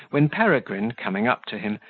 when peregrine, coming up to him,